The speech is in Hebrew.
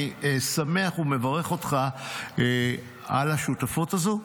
אני שמח, ומברך אותך על השותפות הזו.